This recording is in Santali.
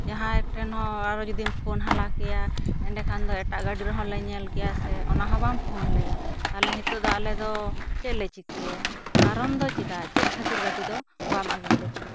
ᱡᱟᱦᱟᱸᱭ ᱴᱷᱮᱱ ᱦᱚᱸ ᱟᱨᱚ ᱡᱩᱫᱤ ᱮᱢ ᱯᱷᱳᱱ ᱦᱟᱞᱟ ᱠᱮᱭᱟ ᱮᱰᱮᱠᱷᱟᱱ ᱫᱚ ᱮᱴᱟᱜ ᱜᱟᱹᱰᱤ ᱦᱚᱸ ᱞᱮ ᱧᱮᱞ ᱠᱮᱭᱟ ᱥᱮ ᱚᱱᱟ ᱦᱚᱸ ᱵᱟᱢ ᱯᱷᱳᱱ ᱞᱮᱫᱟ ᱛᱟᱦᱚᱞᱮ ᱱᱤᱛᱚᱜ ᱫᱚ ᱟᱞᱮ ᱫᱚ ᱪᱮᱫ ᱞᱮ ᱪᱤᱠᱟᱹᱭᱟ ᱠᱟᱨᱚᱱ ᱫᱚ ᱪᱮᱫᱟᱜ ᱪᱮᱫ ᱠᱷᱟᱹᱛᱤᱨ ᱜᱟᱹᱰᱤ ᱫᱚ ᱵᱟᱢ ᱟᱹᱜᱩ ᱞᱮᱫᱟ